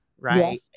right